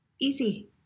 easy